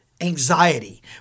anxiety